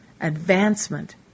advancement